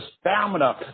stamina